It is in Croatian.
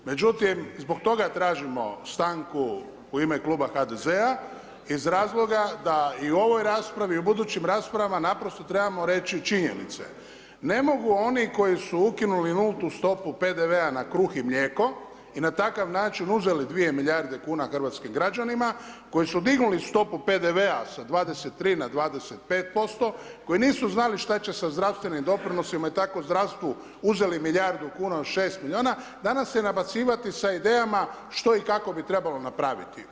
Međutim, zbog toga tražimo stanku u ime Kluba HDZ-a iz razloga da i u ovoj raspravi i u budućim raspravama naprosto trebamo reći činjenice, ne mogu oni koji su ukinuli 0 stopu PDV-a na kruh i mlijeko i na takav način uzeli 2 milijarde kuna hrvatskim građanima, koji su dignuli stopu PDV-a sa 23% na 25%, koji nisu znali šta će sa zdravstvenim doprinosima i tako zdravstvu uzeli milijardu kuna od 6 miliona, danas se nabacivati sa idejama što i kako bi trebalo napraviti.